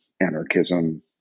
anarchism